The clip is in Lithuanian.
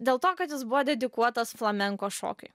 dėl to kad jis buvo dedikuotas flamenko šokiui